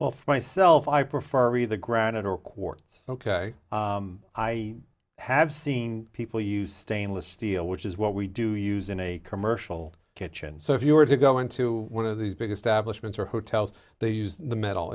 well for myself i prefer either granite or quartz ok i have seen people use stainless steel which is what we do use in a commercial kitchen so if you are to go into one of these biggest abolitionists or hotels they use the metal